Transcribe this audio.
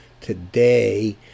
today